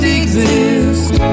exist